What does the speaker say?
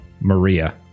Maria